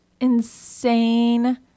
insane